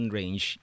range